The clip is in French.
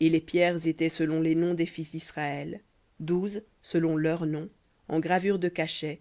et les pierres seront selon les noms des fils d'israël douze selon leurs noms en gravure de cachet